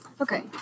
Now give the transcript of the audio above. Okay